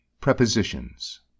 prepositions